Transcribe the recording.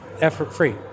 effort-free